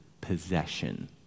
possession